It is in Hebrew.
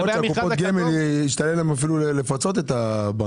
יכול להיות שישתלם לקופות הגמל אפילו לפצות את הבנקים.